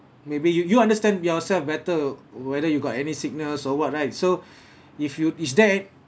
maybe you you understand yourself better whether you got any sickness or what right so if you is there